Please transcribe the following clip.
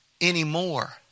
anymore